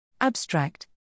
Abstract